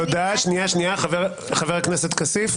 חבר הכנסת כסיף.